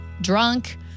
Drunk